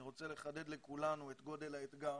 אני רוצה לחדד לכולנו את גודל האתגר: